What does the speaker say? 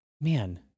man